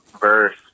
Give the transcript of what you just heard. verse